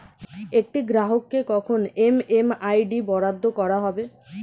একটি গ্রাহককে কখন এম.এম.আই.ডি বরাদ্দ করা হবে?